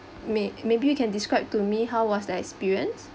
may maybe you can describe to me how was the experience